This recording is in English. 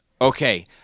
Okay